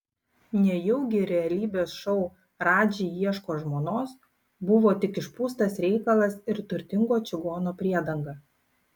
nejaugi realybės šou radži ieško žmonos buvo tik išpūstas reikalas ir turtingo čigono priedanga